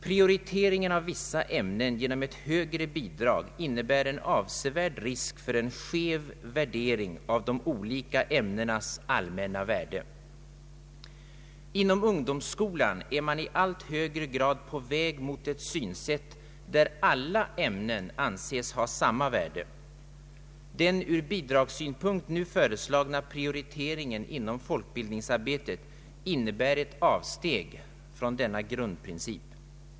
Prioriteringen av vissa ämnen genom ett högre bidrag innebär en avsevärd risk för en skev värdering av de olika ämnenas allmänna värde. Inom ungdomsskolan är man i allt högre grad på väg mot ett synsätt där alla ämnen anses ha samma värde. Den ur bidragssynpunkt nu föreslagna prioriteringen inom folkbildningsarbetet innebär ett avsteg från denna grundprincip.